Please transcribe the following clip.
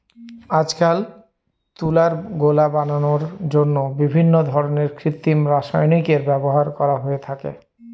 আজকাল তুলার গোলা বানানোর জন্য বিভিন্ন ধরনের কৃত্রিম রাসায়নিকের ব্যবহার করা হয়ে থাকে